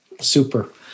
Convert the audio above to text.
Super